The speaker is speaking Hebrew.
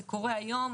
זה קורה היום,